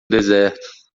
deserto